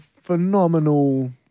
phenomenal